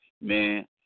man